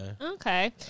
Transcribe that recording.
okay